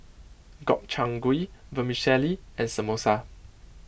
Gobchang Gui Vermicelli and Samosa